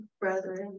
brethren